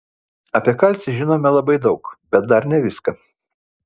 apie kalcį žinome labai daug bet dar ne viską